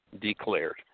declared